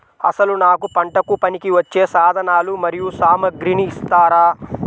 అసలు నాకు పంటకు పనికివచ్చే సాధనాలు మరియు సామగ్రిని ఇస్తారా?